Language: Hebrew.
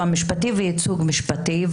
המשפטי והייצוג משפטי.